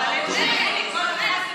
זה מתוך דאגה.